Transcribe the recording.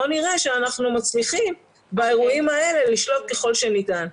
בואו נראה שאנחנו מצליחים באירועים האלה לשלוט ככל שניתן.